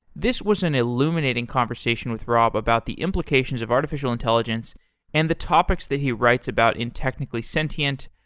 this was an illuminating conversation with rob about the implications of artificial intelligence and the topics that he writes about in technically sentient.